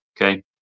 Okay